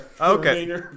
okay